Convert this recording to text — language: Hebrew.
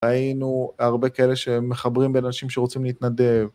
היינו הרבה כאלה שמחברים בין אנשים שרוצים להתנדב.